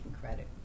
credit